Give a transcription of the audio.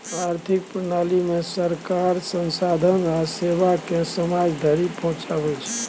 आर्थिक प्रणालीमे सरकार संसाधन आ सेवाकेँ समाज धरि पहुंचाबै छै